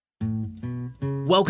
Welcome